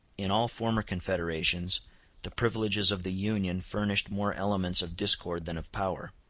in all former confederations the privileges of the union furnished more elements of discord than of power,